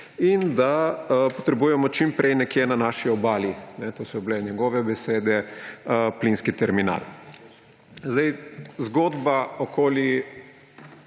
in da potrebujemo čim prej nekje na naši Obali, to so bile njegove besede, plinski terminal. Zgodba okoli